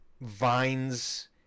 vines